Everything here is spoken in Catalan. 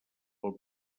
pel